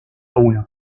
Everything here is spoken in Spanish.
uno